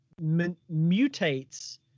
mutates